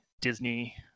disney